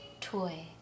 toy